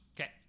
Okay